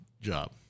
job